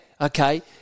okay